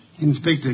Inspector